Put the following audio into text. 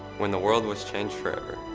when the world was changed forever.